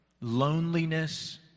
loneliness